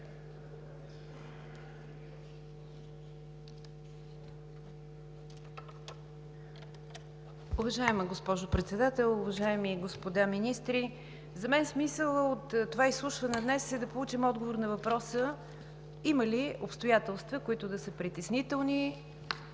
Уважаема госпожо Председател, уважаеми господа министри! За мен смисълът от това изслушване днес е да получим отговор на въпроса: има ли обстоятелства, които са притеснителни